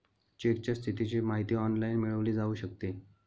चेकच्या स्थितीची माहिती ऑनलाइन मिळवली जाऊ शकते